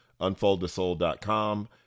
unfoldthesoul.com